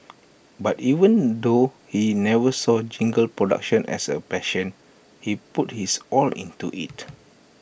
but even though he never saw jingle production as A passion he put his all into IT